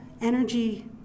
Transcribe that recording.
energy